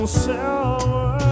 silver